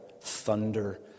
thunder